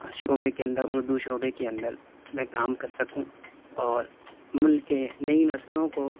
شعبے کے اندر اردو شعبے کے اندر میں کام کر سکوں اور ملک کے نئی نسلوں کو